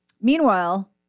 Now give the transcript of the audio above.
Meanwhile